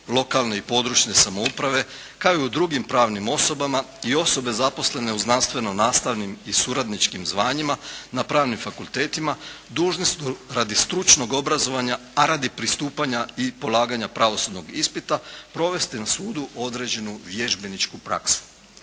lokalne i područne samouprave, kao i u drugim pravnim osoba i osobe zaposlene u znanstveno-nastavnim i suradničkim zvanjima na pravnim fakultetima, dužni su radi stručnog obrazovanja, a radi pristupanja i polaganja pravosudnog ispita, provesti na sudu određenu vježbeničku praksu.